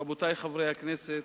רבותי חברי הכנסת,